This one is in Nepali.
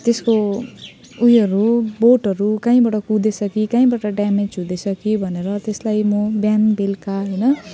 त्यसको उयोहरू बोटहरू काहीँबाट कुहुँदैछ कि काहीँबट ड्यामेज हुँदैछ कि भनेर त्यसलाई म बिहान बेलुका होइन